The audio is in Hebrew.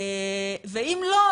ואם לא,